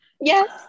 Yes